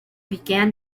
began